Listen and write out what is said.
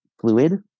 fluid